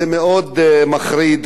זה מאוד מחריד,